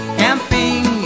camping